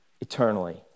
eternally